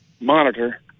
monitor